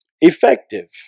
effective